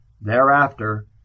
Thereafter